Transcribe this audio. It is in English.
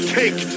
take